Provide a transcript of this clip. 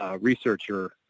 researcher